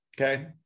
Okay